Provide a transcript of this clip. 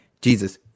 Jesus